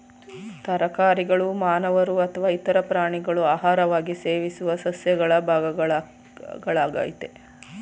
ತರಕಾರಿಗಳು ಮಾನವರು ಅಥವಾ ಇತರ ಪ್ರಾಣಿಗಳು ಆಹಾರವಾಗಿ ಸೇವಿಸುವ ಸಸ್ಯಗಳ ಭಾಗಗಳಾಗಯ್ತೆ